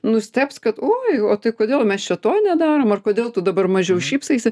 nustebs kad oi o tai kodėl mes čia to nedarom ar kodėl tu dabar mažiau šypsaisi